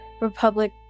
Republic